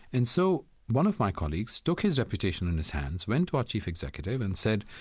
and so one of my colleagues took his reputation in his hands, went to our chief executive and said,